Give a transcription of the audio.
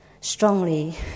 strongly